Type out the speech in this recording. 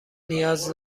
نیاز